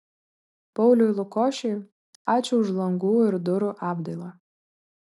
pauliui lukošiui ačiū už langų ir durų apdailą